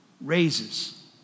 Raises